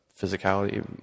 physicality